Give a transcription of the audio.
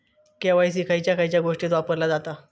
KYC खयच्या खयच्या गोष्टीत वापरला जाता?